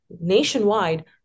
nationwide